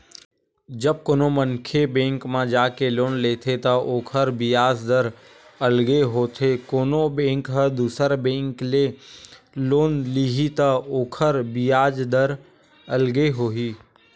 जब कोनो मनखे बेंक म जाके लोन लेथे त ओखर बियाज दर अलगे होथे कोनो बेंक ह दुसर बेंक ले लोन लिही त ओखर बियाज दर अलगे होही